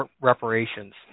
reparations